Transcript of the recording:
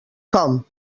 com